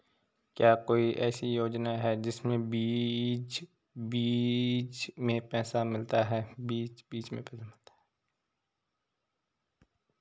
क्या कोई ऐसी योजना है जिसमें बीच बीच में पैसा मिलता रहे?